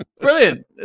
Brilliant